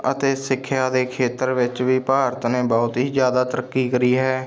ਅਤੇ ਸਿੱਖਿਆ ਦੇ ਖੇਤਰ ਵਿੱਚ ਵੀ ਭਾਰਤ ਨੇ ਬਹੁਤ ਹੀ ਜ਼ਿਆਦਾ ਤਰੱਕੀ ਕਰੀ ਹੈ